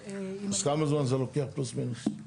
אז כמה זמן זה לוקח פלוס מינוס?